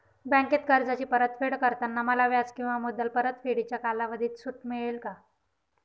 बँकेत कर्जाची परतफेड करताना मला व्याज किंवा मुद्दल परतफेडीच्या कालावधीत सूट मिळेल का?